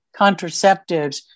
contraceptives